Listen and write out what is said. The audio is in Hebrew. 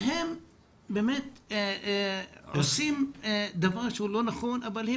הם באמת עושים דבר שהוא לא נכון אבל הם